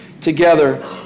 together